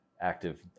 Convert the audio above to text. active